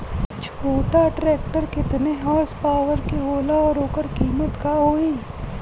छोटा ट्रेक्टर केतने हॉर्सपावर के होला और ओकर कीमत का होई?